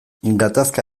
gatazka